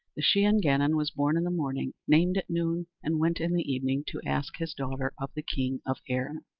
the shee an gannon was born in the morning, named at noon, and went in the evening to ask his daughter of the king of erin.